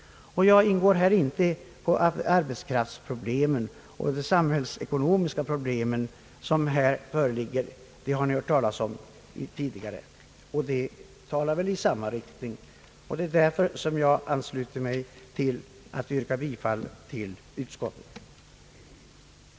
Jag ingår inte på arbetskraftsproblemen och de samhällsekonomiska problemen. Dem har vi hört tidigare, och de talade i samma riktning. Det är därför som jag ansluter mig till yrkandet om bifall till utskottets förslag.